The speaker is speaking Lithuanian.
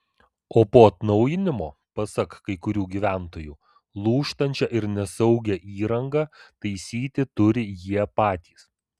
o po atnaujinimo pasak kai kurių gyventojų lūžtančią ir nesaugią įrangą taisyti turi jie patys